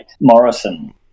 Morrison